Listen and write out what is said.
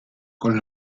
con